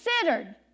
considered